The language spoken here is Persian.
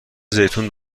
زیتون